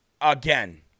again